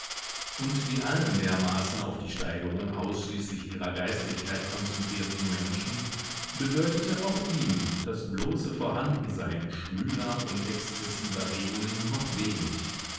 und wie allen dermaßen auf die steigerung ausschließlich ihrer geistigkeit konzentrierten menschen bedeutete auch ihm das bloße vorhandensein schwüler und exzessiver regungen noch wenig